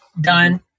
done